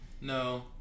No